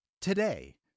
today